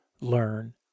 learn